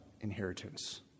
inheritance